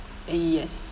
yes